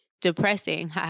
depressing